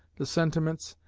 the sentiments,